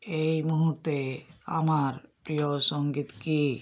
এই মুহুর্তে আমার প্রিয় সঙ্গীত কি